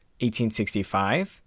1865